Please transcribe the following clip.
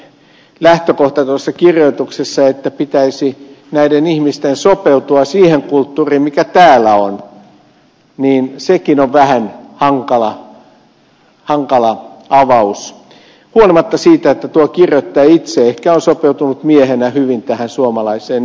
se lähtökohta tuossa kirjoituksessa että pitäisi näiden ihmisten sopeutua siihen kulttuuriin mikä täällä on sekin on vähän hankala avaus huolimatta siitä että tuo kirjoittaja itse ehkä on sopeutunut miehenä hyvin tähän suomalaiseen yhteiskuntaan